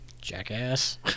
Jackass